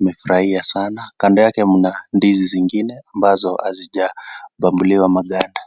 amefurahia sana. Kando yake mna ndizi zingine ambazo hazijabambuliwa maganda.